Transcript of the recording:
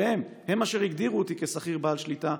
שהם-הם אשר הגדירו אותי כשכיר בעל שליטה,